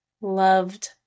loved